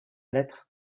lettre